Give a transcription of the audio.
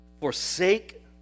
Forsake